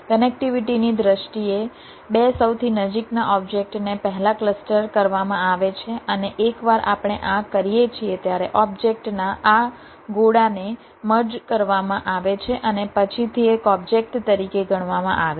કનેક્ટિવિટીની દ્રષ્ટિએ 2 સૌથી નજીકના ઓબ્જેક્ટને પહેલા ક્લસ્ટર કરવામાં આવે છે અને એકવાર આપણે આ કરીએ છીએ ત્યારે ઓબ્જેક્ટના આ ગોળાને મર્જ કરવામાં આવે છે અને પછીથી એક ઓબ્જેક્ટ તરીકે ગણવામાં આવે છે